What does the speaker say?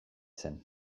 zen